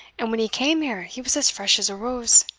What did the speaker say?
and when he came here he was as fresh as a rose.